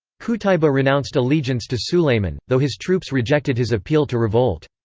qutaibah renounced allegiance to sulayman, though his troops rejected his appeal to revolt.